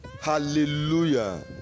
hallelujah